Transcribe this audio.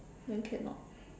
then cannot